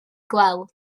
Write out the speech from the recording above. gweld